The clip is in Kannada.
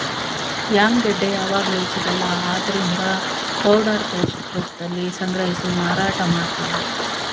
ಯಾಮ್ ಗೆಡ್ಡೆ ಯಾವಗ್ಲೂ ಸಿಗಲ್ಲ ಆದ್ರಿಂದ ಪೌಡರ್ ಪೇಸ್ಟ್ ರೂಪ್ದಲ್ಲಿ ಸಂಗ್ರಹಿಸಿ ಮಾರಾಟ ಮಾಡ್ತಾರೆ